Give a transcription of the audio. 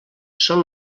són